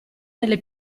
delle